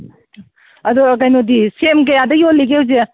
ꯑꯗꯣ ꯀꯩꯅꯣꯗꯤ ꯁꯦꯝ ꯀꯌꯥꯗ ꯌꯣꯜꯂꯤꯒꯦ ꯍꯧꯖꯤꯛ